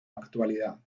actualidad